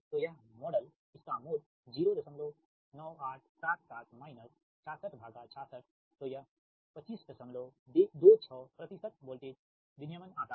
तो यह मॉडल इसका मोड 09877 माइनस 66 भागा 66 तो यह 2526 वोल्टेज विनियमन आता है